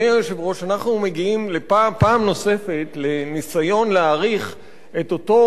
אנחנו מגיעים פעם נוספת לניסיון להאריך את אותו מנגנון